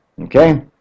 okay